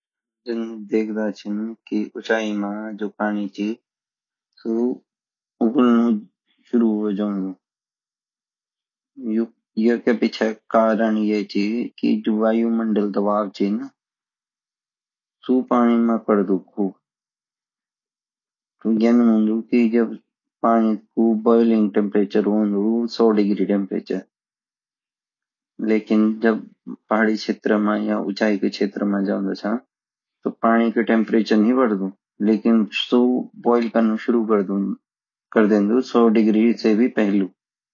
उचाई मा जो पानी छू सु उबालना शुरू हो जांदू टेका पीछा का कर्ण या ची कीजो वायुमंडल दबाव चीन सु पानी माँ पड्डू खूब तू यान होंदी की जब पानी को बोइलिंग टेम्प्रेचर होन्दु १००डेग्रे टेम्प्रेचर लेकिन जब पहाड़ी या फिर ऊंचाई कई चैत्र माँ जांदा च तू पानी का टेम्परातुईरे तो पानी का टेम्प्रेचर नी बद्दू लेकिन सु बॉईल करणु शुरू क्र देन्दु सौ डिग्री